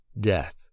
death